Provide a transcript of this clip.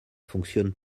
fonctionne